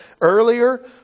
earlier